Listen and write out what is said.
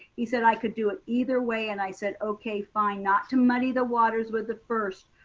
he said, i could do it either way. and i said, okay fine. not to muddy the waters with the first,